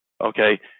Okay